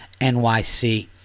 NYC